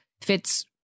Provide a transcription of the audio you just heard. fits